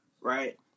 right